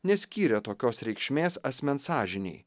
neskyrė tokios reikšmės asmens sąžinei